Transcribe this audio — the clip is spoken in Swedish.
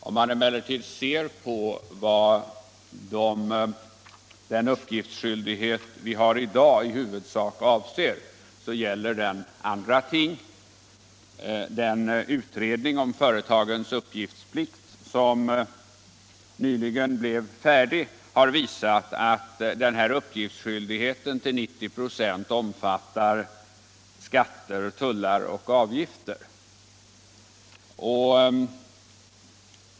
Om man emellertid ser på den uppgiftsskyldighet som i dag föreligger finner man att den avser andra ting. Den utredning om företagens uppgiftsplikt som nyligen blivit färdig med sitt arbete har visat att denna uppgiftsskyldighet till 90 26 gäller skatter, tullar och avgifter.